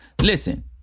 listen